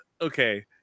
okay